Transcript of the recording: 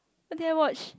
what did I watch